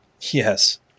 Yes